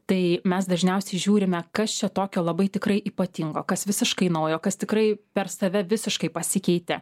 tai mes dažniausiai žiūrime kas čia tokio labai tikrai ypatingo kas visiškai naujo kas tikrai per save visiškai pasikeitė